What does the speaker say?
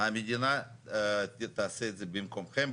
המדינה תעשה את זה במקומכם,